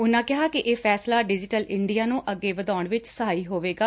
ਉਨ੍ਹਾ ਕਿਹਾ ਕਿ ਇਹ ਫੈਸਲਾ ਡਿਜੀਟਲ ਇੰਡੀਆ ਨੂੰ ਅੱਗੇ ਵਧਾਉਣ ਵਿਚ ਸਹਾਈ ਹੋਵੇਗਾ